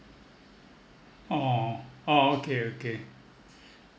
orh oh okay okay